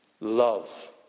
Love